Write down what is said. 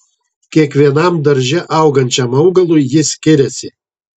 kiekvienam darže augančiam augalui jis skiriasi